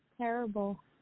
Terrible